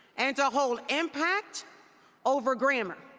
and to hold impact over grammar.